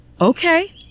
Okay